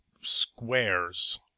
squares